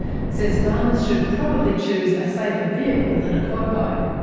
says farmers should probably choose a safer vehicle than a quad bike.